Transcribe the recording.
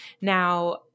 Now